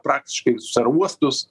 praktiškai visus aerouostus